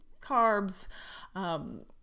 carbs